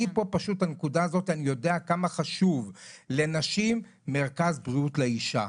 אני פה כי פשוט בנקודה הזאת אני יודע כמה חשוב לנשים מרכז בריאות לאישה.